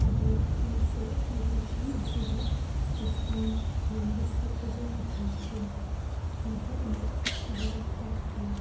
ꯑꯗꯨ ꯑꯩꯁꯦ ꯑꯦꯄ꯭ꯂꯤꯀꯦꯁꯟ ꯑꯁꯤꯗ ꯗꯤꯁꯀꯥꯎꯟ ꯌꯦꯡꯕꯁꯤ ꯐꯖꯅ ꯍꯩꯇ꯭ꯔꯦ ꯅꯍꯥꯛꯅ ꯈꯔ ꯇꯥꯛꯄꯤꯌꯨ